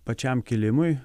pačiam kėlimui